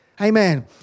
Amen